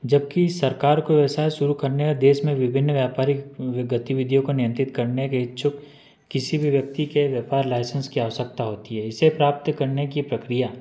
जबकि सरकार को व्यवसाय शुरू करने का देश में विभिन्न व्यापारिक गतिविधियों को नियंत्रित करने के इच्छुक किसी भी व्यक्ति के व्यापार लाइसेंस की आवश्यकता होती है इसे प्राप्त करने की प्रक्रिया